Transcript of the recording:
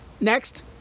Next